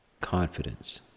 confidence